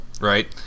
right